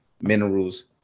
minerals